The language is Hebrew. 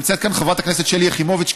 נמצאת כאן חברת הכנסת שלי יחימוביץ,